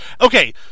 Okay